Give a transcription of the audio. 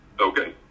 Okay